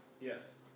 Yes